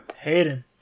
Hayden